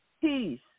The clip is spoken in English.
peace